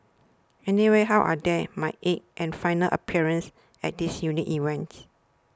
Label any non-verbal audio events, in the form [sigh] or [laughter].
anyway how are [unintelligible] my eighth and final appearance at this unique event